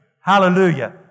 Hallelujah